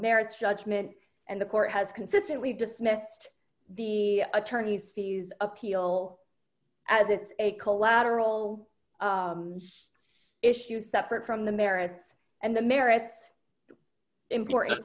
merits judgment and the court has consistently dismissed the attorney's fees appeal as it's a collateral issue separate from the merits and the merits emp